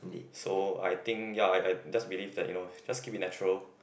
so I think ya I I just believe that you know just keep it natural